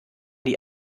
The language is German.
die